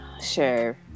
Sure